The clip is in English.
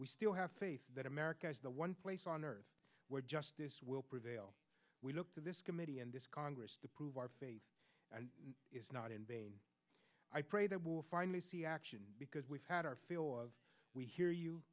we still have faith that america is the one place on earth where justice prevail we look to this committee and this congress to prove our faith is not in vain i pray that will finally see action because we've had our fill of we hear you